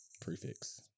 Prefix